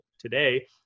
today